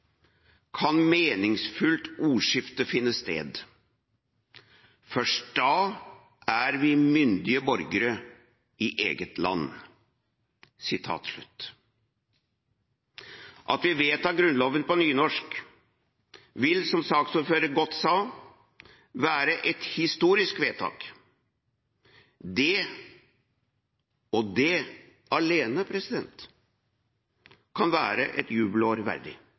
kan meningsfullt ordskifte finne sted. Først da er vi myndige borgere i eget land. At vi vedtar Grunnloven på nynorsk, vil, som saksordføreren så godt sa, være et historisk vedtak. Det – og det alene – kan være et jubileumsår verdig.